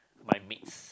my mates